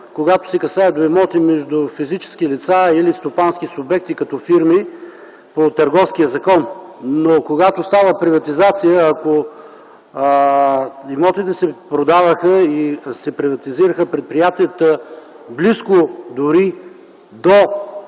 когато се касае за имоти между физически лица или стопански субекти като фирми по Търговския закон. Но, когато става приватизация, ако имотите се продаваха и се приватизираха предприятията, дори